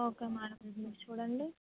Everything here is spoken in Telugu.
ఓకే మేడం ఇది చూడండి